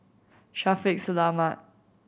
Shaffiq Selamat